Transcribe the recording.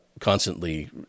Constantly